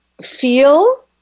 feel